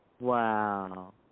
Wow